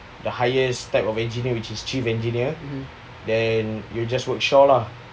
the highest type of engineer which is chief engineer then you just work shore lah